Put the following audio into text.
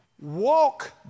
walk